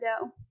go